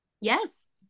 Yes